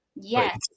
Yes